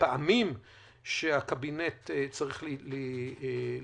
ובפעמים שבהם הקבינט צריך להתכנס.